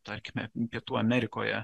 tarkime pietų amerikoje